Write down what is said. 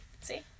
See